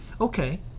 okay